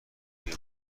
بوی